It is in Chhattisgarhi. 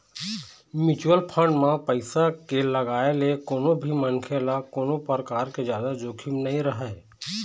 म्युचुअल फंड म पइसा के लगाए ले कोनो भी मनखे ल कोनो परकार के जादा जोखिम नइ रहय